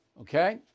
Okay